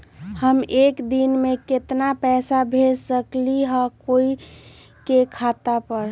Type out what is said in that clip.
हम एक दिन में केतना पैसा भेज सकली ह कोई के खाता पर?